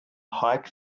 hike